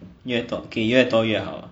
越多给越多越好